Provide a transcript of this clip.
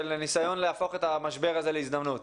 של ניסיון להפוך את המשבר להזדמנות.